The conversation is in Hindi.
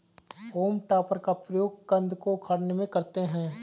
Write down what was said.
होम टॉपर का प्रयोग कन्द को उखाड़ने में करते हैं